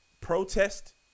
protest